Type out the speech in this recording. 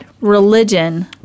religion